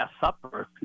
Supper